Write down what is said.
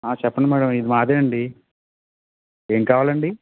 చెప్పండి మేడం ఇది మాదే అండి ఏం కావాలండి